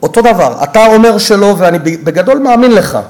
אותו דבר: אתה אומר שלא, ואני בגדול מאמין לך.